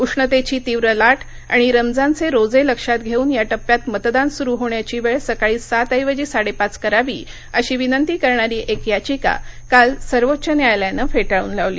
उष्णतेची तीव्र लाट आणि रमजानचे रोजे लक्षात घेऊन या टप्प्यात मतदान सुरू होण्याची वेळ सकाळी सात ऐवजी साडेपाच करावी अशी विनंती करणारी एक याधिका काल सर्वोच्च न्यायालयानं फेटाळून लावली